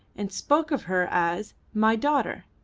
and spoke of her as my daughter.